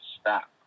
stop